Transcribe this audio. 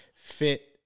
fit